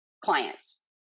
Clients